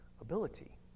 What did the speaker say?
ability